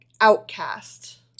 outcast